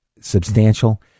substantial